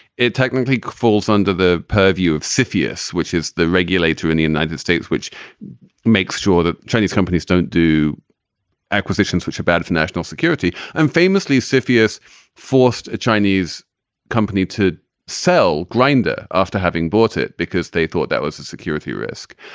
it technically falls under the purview of syphillis, which is the regulator in the united states, which makes sure that chinese companies don't do acquisitions, which are bad for national security and famously, syfy's forced a chinese company to sell greineder after having bought it because they thought that was a security risk.